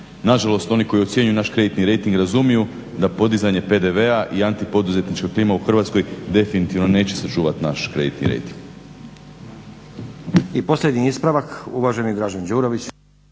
na žalost oni koji ocjenjuju naš kreditni rejting razumiju da podizanje PDV-a i anti poduzetnička klima u Hrvatskoj definitivno neće sačuvati naš kreditni rejting.